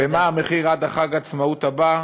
ומה המחיר, עד חג העצמאות הבא?